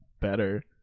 Better